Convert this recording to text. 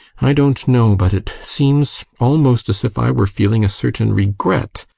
i don't know but it seems almost as if i were feeling a certain regret,